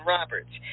Roberts